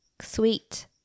Sweet